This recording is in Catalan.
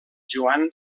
joan